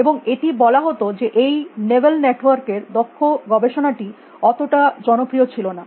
এবং এটি বলা হত যে এই নেবেল নেটওয়ার্ক এর দক্ষ গবেষণাটি অতটা জনপ্রিয় ছিল না